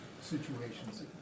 situations